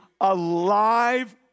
alive